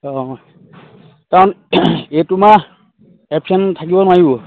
অ কাৰণ এইটো মাহ এবচেন থাকিব নোৱাৰিব